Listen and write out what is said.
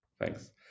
Thanks